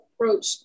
approach